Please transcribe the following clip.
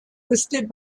listed